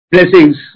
Blessings